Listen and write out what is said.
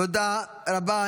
תודה רבה.